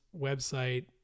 website